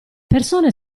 persone